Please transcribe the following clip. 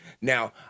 Now